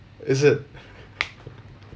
is it